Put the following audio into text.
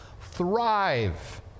thrive